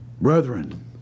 Brethren